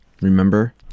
Remember